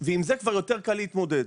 ועם זה כבר יותר קל להתמודד.